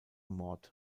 mord